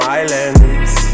islands